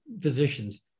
physicians